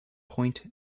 point